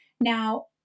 Now